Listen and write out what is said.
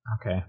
Okay